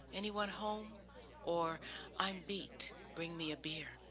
anyone home or i'm beat, bring me a beer.